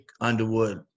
Underwood